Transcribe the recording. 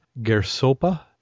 Gersopa